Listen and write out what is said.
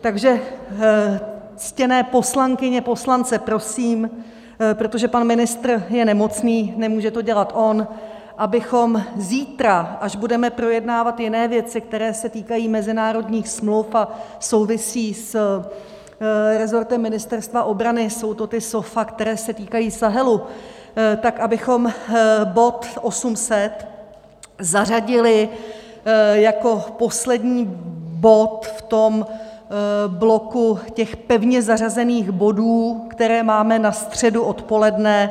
Takže ctěné poslankyně a poslance prosím protože pan ministr je nemocný, nemůže to dělat on abychom zítra, až budeme projednávat jiné věci, které se týkají mezinárodních smluv a souvisejí s resortem Ministerstva obrany jsou to ty SOFA, které se týkají Sahelu tak abychom bod 800 zařadili jako poslední bod v tom bloku pevně zařazených bodů, které máme na středu odpoledne.